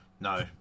No